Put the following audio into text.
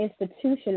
institution